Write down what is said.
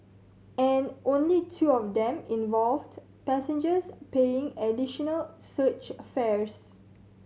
and only two of them involved passengers paying additional surge a fares